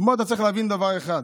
הוא אומר לו: אתה צריך להבין דבר אחד,